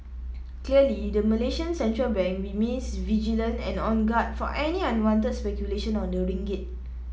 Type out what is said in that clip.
clearly the Malaysian central bank remains vigilant and on guard for any unwanted speculation on the ringgit